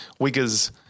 Wiggers